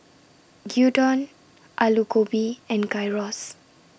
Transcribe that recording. Gyudon Alu Gobi and Gyros